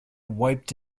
wiped